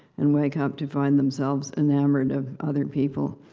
and wake up to find themselves enamored of other people.